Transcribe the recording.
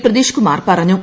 പ്രദിഷ് കുമാർ പറഞ്ഞു